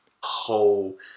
whole